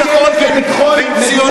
לצאת להירגע.